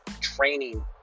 training